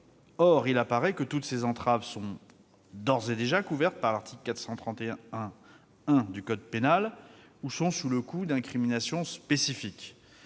Or il apparaît que toutes ces entraves sont d'ores et déjà couvertes par l'article 431-1 du code pénal ou sont sous le coup d'incriminations spécifiques.